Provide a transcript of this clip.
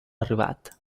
arribat